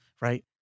right